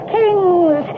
kings